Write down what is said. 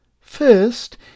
First